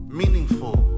meaningful